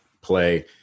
play